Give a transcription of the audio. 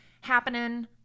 happening